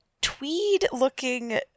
tweed-looking